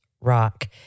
rock